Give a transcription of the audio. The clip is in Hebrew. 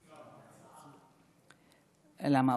למה?